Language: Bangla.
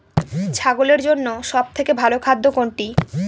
ছাগলের জন্য সব থেকে ভালো খাদ্য কোনটি?